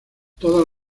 todas